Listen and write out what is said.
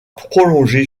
prolongé